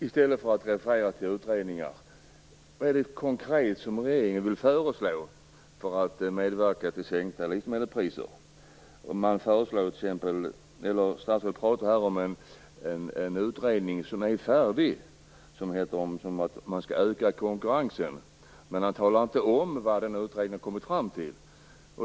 I stället för att referera till utredningar: Vad är det regeringen konkret vill föreslå för att medverka till sänkta livsmedelspriser? Statsrådet pratar om en utredning som är färdig som handlar om att man skall öka konkurrensen, men han talar inte om vad utredningen har kommit fram till.